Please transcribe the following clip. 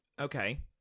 Okay